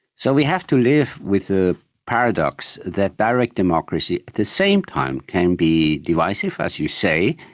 so we have to live with the paradox that direct democracy at the same time can be divisive, as you say,